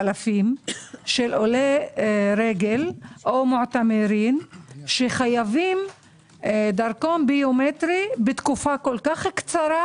אלפים של עולי רגל שחייבים דרכון ביומטרי בתקופה כל כך קצרה,